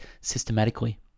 systematically